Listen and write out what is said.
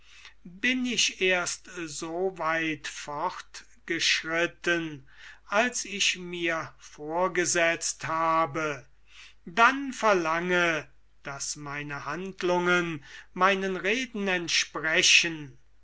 bin ich erst so weit fortgeschritten als ich mir vorgesetzt habe dann verlange daß meine handlungen meinen reden entsprechen